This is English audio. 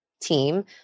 team